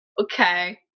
Okay